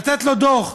לתת לו דוח.